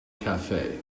cafe